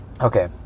Okay